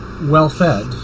well-fed